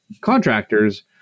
contractors